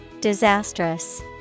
Disastrous